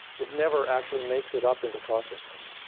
it never actually makes it up into consciousness.